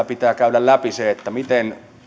pitää käydä läpi